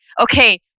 okay